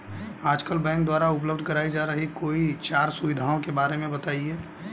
आजकल बैंकों द्वारा उपलब्ध कराई जा रही कोई चार सुविधाओं के बारे में बताइए?